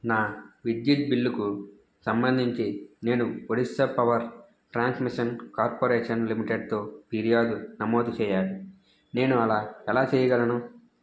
నా విద్యుత్ బిల్లుకు సంబంధించి నేను ఒడిశా పవర్ ట్రాన్స్మిషన్ కార్పోరేషన్ లిమిటెడ్తో ఫిర్యాదు నమోదు చేయాలి నేను అలా ఎలా చేయగలను